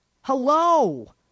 Hello